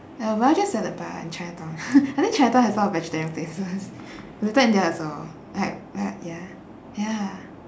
uh well dressed is a bar in chinatown I think chinatown has a lot of vegetarian places little india also like but ya ya